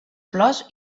flors